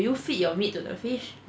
would you feed your meat to the fish